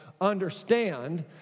understand